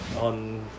On